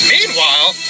Meanwhile